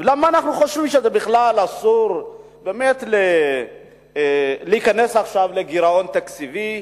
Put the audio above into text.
ולמה אנחנו חושבים שבכלל אסור להיכנס עכשיו לגירעון תקציבי.